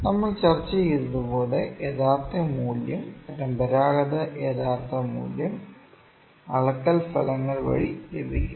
നമ്മൾ ചർച്ച ചെയ്തതുപോലെ യഥാർത്ഥ മൂല്യം പരമ്പരാഗത യഥാർത്ഥ മൂല്യം അളക്കൽ ഫലങ്ങൾ വഴി ലഭിക്കും